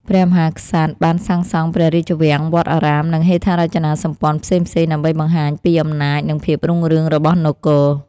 ព្រះមហាក្សត្របានសាងសង់ព្រះរាជវាំង វត្តអារាម និងហេដ្ឋារចនាសម្ព័ន្ធផ្សេងៗដើម្បីបង្ហាញពីអំណាចនិងភាពរុងរឿងរបស់នគរ។